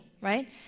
right